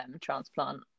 transplant